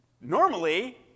normally